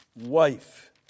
wife